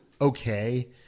okay